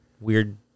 weird